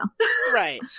Right